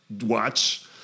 watch